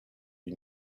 you